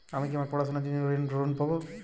আমি কি আমার পড়াশোনার জন্য ঋণ পাব?